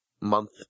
month